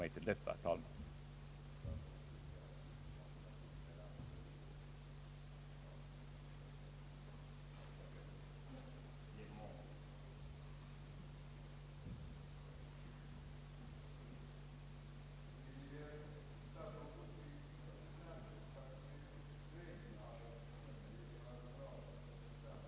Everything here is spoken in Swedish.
Herr statsrådet Sträng, som, enligt vad herr förste vice talmannen anfört vid denna debatts början, meddelat, att han i samband med den ekonomiska debatten ämnade besvara herr Gösta Jacobssons interpellation angående utvecklingen på valutaområdet, hade senare — till följd av att han vore upptagen i andra kammaren — anmält, att svaret komme att lämnas av herr statsrådet Wickman.